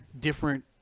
different